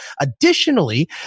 Additionally